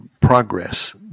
progress